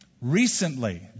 Recently